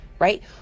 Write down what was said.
right